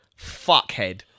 fuckhead